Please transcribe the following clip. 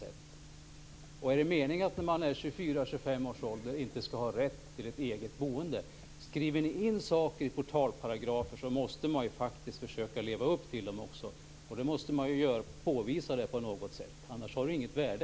Är det meningen att man vid 25 års ålder inte skall ha rätt till ett eget boende? Skriver man in saker i portalparagrafen måste man faktiskt försöka leva upp till dem också. Då måste man påvisa det på något sätt. Annars har det inget värde.